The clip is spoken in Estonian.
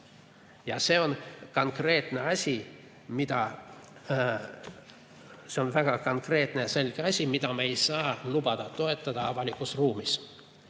Ja see on konkreetne asi. See on väga konkreetne ja selge asi, mida me ei saa lubada toetada avalikus ruumis.